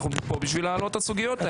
אנחנו פה בשביל להעלות את הסוגיות האלה.